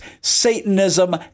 Satanism